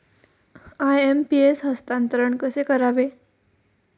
IMPS हस्तांतरण कसे करावे?